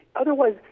Otherwise